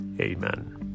Amen